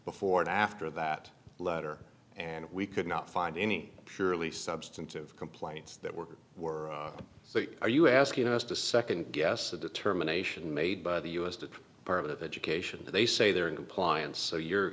before and after that letter and we could not find any purely substantive complaints that were were so are you asking us to second guess the determination made by the u s to part of education that they say they're in compliance so you're